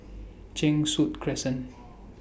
Cheng Soon Crescent